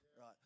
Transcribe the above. right